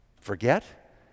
forget